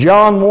John